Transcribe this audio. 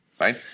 right